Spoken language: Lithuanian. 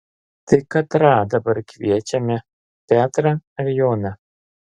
tai katrą dabar kviečiame petrą ar joną